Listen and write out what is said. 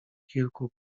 kilku